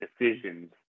decisions